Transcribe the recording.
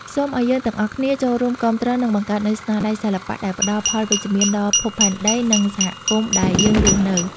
សូមឱ្យយើងទាំងអស់គ្នាចូលរួមគាំទ្រ និង បង្កើតនូវស្នាដៃសិល្បៈដែលផ្ដល់ផលវិជ្ជមានដល់ភពផែនដី និង សហគមន៍ដែលយើងរស់នៅ។